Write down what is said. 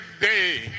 day